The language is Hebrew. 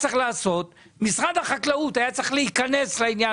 משרד החקלאות היה צריך להיכנס לעניין